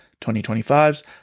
2025s